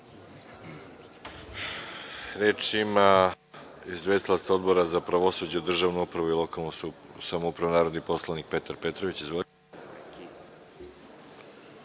Reč ima izvestilac Odbora za pravosuđe državnu upravu i lokalnu samoupravu, narodni poslanik Petar Petrović.